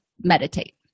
meditate